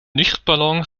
luchtballon